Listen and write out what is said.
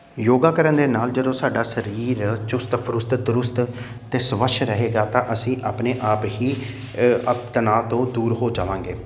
ਯੋਗਾ ਕਰਨ ਦੇ ਨਾਲ ਜਦੋਂ ਸਾਡਾ ਸਰੀਰ ਚੁਸਤ ਫਰੁਸਤ ਦਰੁਸਤ ਅਤੇ ਸਵੱਛ ਰਹੇਗਾ ਤਾਂ ਅਸੀਂ ਆਪਣੇ ਆਪ ਹੀ ਅਪ ਤਨਾਵ ਤੋਂ ਦੂਰ ਹੋ ਜਾਵਾਂਗੇ